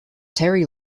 terry